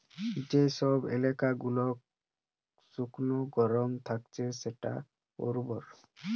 যে সব এলাকা গুলা শুকনো গরম থাকছে সেটা অনুর্বর